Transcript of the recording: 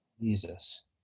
Jesus